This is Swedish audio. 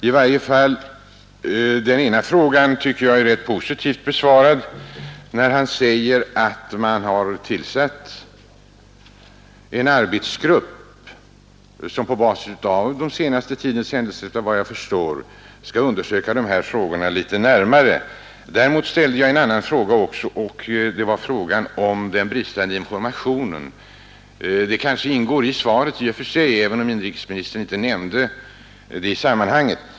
I varje fall den ena delfrågan tycker jag är rätt positivt besvarad, när statsrådet säger att man har tillsatt en arbetsgrupp, som på basis av den senaste tidens händelser enligt vad jag förstår skall undersöka dessa förhållanden litet närmare. Däremot ställde jag en annan fråga också, nämligen om den bristande informationen. Den frågan kanske omfattas av svaret i och för sig även om inrikesministern inte nämnde den i sammanhanget.